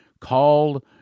called